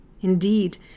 Indeed